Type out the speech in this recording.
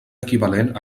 equivalent